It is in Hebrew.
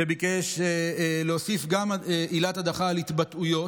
שביקש להוסיף גם עילת הדחה על התבטאויות,